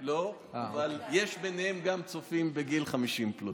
לא, אבל יש ביניהם גם צופים בגיל 50 פלוס.